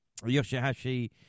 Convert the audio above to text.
Yoshihashi